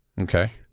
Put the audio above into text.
Okay